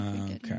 Okay